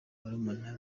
barumuna